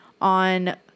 on